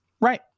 Right